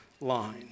line